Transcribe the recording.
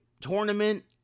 tournament